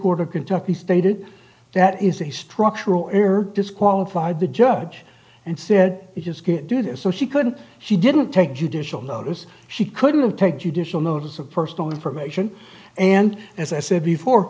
court of kentucky stated that is a structural error disqualified the judge and said you just can't do that so she couldn't she didn't take judicial notice she couldn't take judicial notice of personal information and as i said before